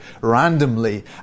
randomly